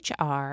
HR